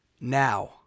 now